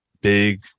big